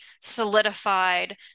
solidified